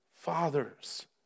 fathers